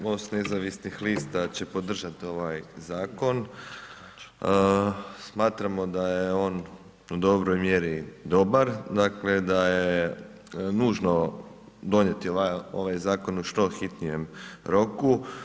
Most nezvanih lista, će podržati ovaj zakon, smatramo da je on u dobroj mjeri dobar, dakle, da je nužno donijeti ovaj zakon u što hitnijem roku.